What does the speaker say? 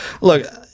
Look